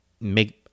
Make